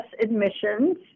admissions